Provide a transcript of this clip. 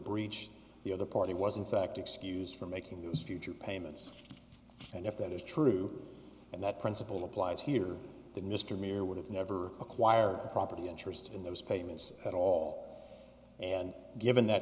breach the other party was in fact excuse for making those future payments and if that is true and that principle applies here that mr meir would have never acquired the property interest in those payments at all and given that